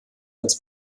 als